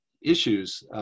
issues